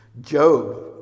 Job